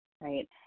right